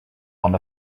one